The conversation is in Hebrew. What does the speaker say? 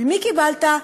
ממי קיבלת?